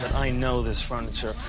i know this furniture.